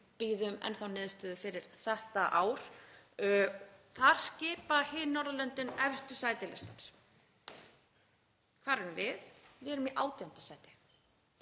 bíðum enn þá niðurstöðu fyrir þetta ár, og þar skipa hin Norðurlöndin efstu sæti listans. Hvar erum við? Við erum í 18. sæti.